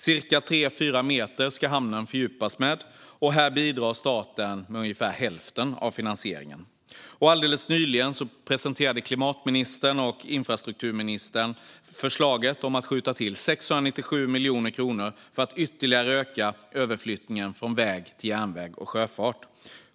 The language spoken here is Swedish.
Cirka tre fyra meter ska hamnen fördjupas med, och här bidrar staten med ungefär hälften av finansieringen. Alldeles nyligen presenterade klimatministern och infrastrukturministern förslaget om att skjuta till 697 miljoner kronor för att ytterligare öka överflyttningen från väg till järnväg och sjöfart.